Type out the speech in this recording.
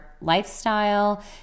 lifestyle